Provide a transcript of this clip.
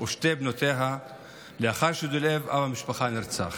ושתי בנותיה לאחר שדולב, אב המשפחה, נרצח.